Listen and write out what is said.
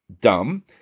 dumb